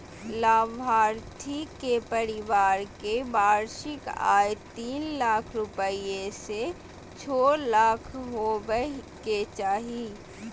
लाभार्थी के परिवार के वार्षिक आय तीन लाख रूपया से छो लाख होबय के चाही